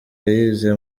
yayize